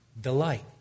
delight